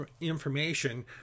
information